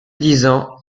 disant